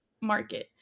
market